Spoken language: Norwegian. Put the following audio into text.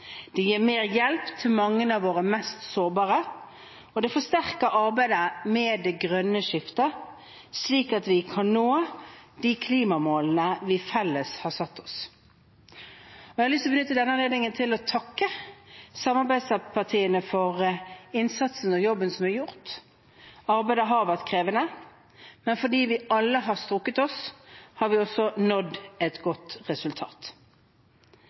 det gir mer hjelp til mange av våre mest sårbare, og det forsterker arbeidet med det grønne skiftet, slik at vi kan nå de klimamålene vi i fellesskap har satt oss. Jeg har lyst til å benytte denne anledningen til å takke samarbeidspartiene for innsatsen og jobben som er gjort. Arbeidet har vært krevende, men fordi vi alle har strukket oss, har vi også oppnådd et godt resultat.